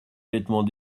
vêtements